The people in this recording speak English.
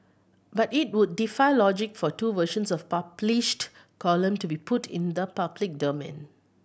but it would defy logic for two versions of a published column to be put in the public domain